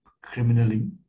criminally